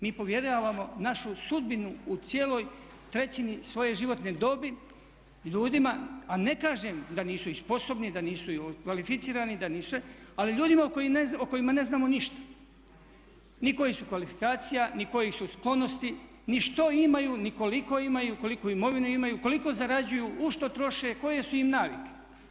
Mi povjeravamo našu sudbinu u cijeloj trećini svoje životne dobi ljudima, a ne kažem da nisu i sposobni, da nisu kvalificirani, da nisu sve ali ljudima o kojima ne znamo ništa, ni kojih su kvalifikacija, ni kojih su sklonosti, ni što imaju, ni koliko imaju, koliku imovinu imaju, koliko zarađuju, u što troše, koje su im navike.